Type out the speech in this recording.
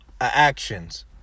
actions